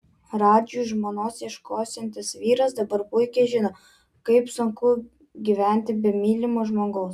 radžiui žmonos ieškosiantis vyras dabar puikiai žino kaip sunku gyventi be mylimo žmogaus